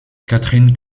katherine